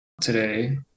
Today